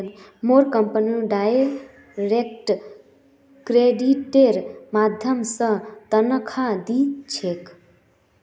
मोर company direct क्रेडिटेर माध्यम स तनख़ा दी छेक